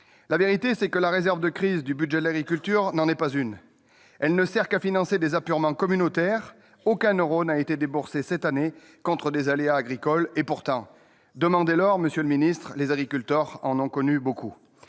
La vérité, c'est que la réserve de crise du budget agriculture n'en est pas une. Elle ne sert qu'à financer des apurements communautaires. Aucun euro n'a été déboursé cette année contre des aléas agricoles ; pourtant, monsieur le ministre, si vous les interrogez,